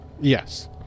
Yes